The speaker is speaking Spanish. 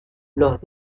los